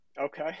Okay